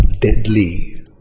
deadly